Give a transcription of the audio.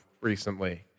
recently